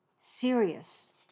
serious